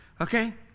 okay